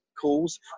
calls